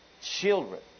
children